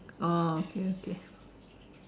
oh okay okay